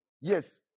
Yes